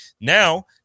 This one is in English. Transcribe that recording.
Now